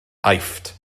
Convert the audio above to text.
aifft